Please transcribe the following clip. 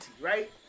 Right